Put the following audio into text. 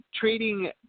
trading